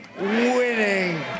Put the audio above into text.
winning